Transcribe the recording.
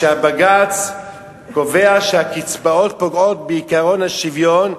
כשהבג"ץ קובע שהקצבאות פוגעות בעקרון השוויון,